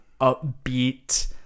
upbeat